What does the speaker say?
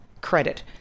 credit